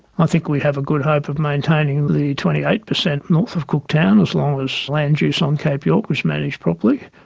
i think we have a good hope of maintaining the twenty eight percent north of cooktown, as long as land use on cape york is managed properly.